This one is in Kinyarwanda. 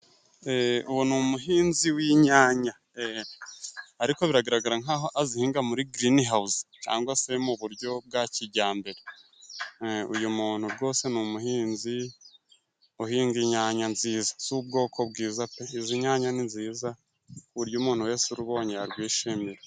Uwo ni umuhinzi w'inyanya ariko biragaragara nk'aho azihinga muri grinihawuzi cyangwa se mu buryo bwa kijyambere. Uyu muntu rwose ni umuhinzi uhinga inyanya nziza z'ubwoko bwiza pe! Izi nyanya ni nziza ku buryo umuntu wese urubonye yarwishimira.